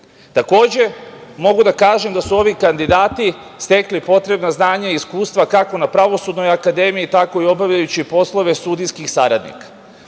Srbije. Takođe, mogu da kažem da su ovi kandidati stekli potrebna znanja i iskustva kako na pravosudnoj akademiji, tako i obavljajući poslove sudijskih saradnika. Pre